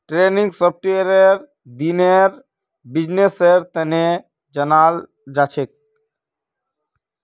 trending सॉफ्टवेयरक दिनेर बिजनेसेर तने जनाल जाछेक